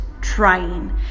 trying